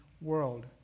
world